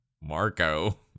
Marco